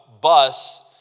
bus